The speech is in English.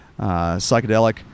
psychedelic